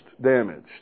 damaged